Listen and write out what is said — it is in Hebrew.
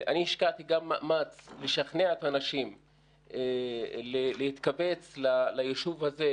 אני השקעתי גם מאמץ לשכנע את האנשים להתקבץ ליישוב הזה,